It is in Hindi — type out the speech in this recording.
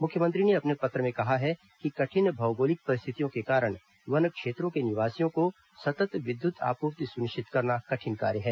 मुख्यमंत्री ने अपने पत्र में कहा है कि कठिन भौगोलिक परिस्थितियों के कारण वन क्षेत्रों के निवासियों को सतत् विद्युत आपूर्ति सुनिश्चित करना कठिन कार्य है